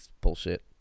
bullshit